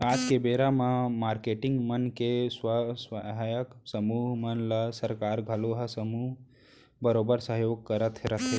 आज के बेरा म मारकेटिंग मन के स्व सहायता समूह मन ल सरकार घलौ ह समूह बरोबर सहयोग करत रथे